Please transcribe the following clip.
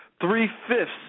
three-fifths